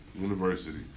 University